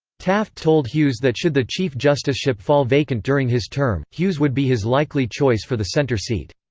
taft told hughes that should the chief justiceship fall vacant during his term, hughes would be his likely choice for the center seat.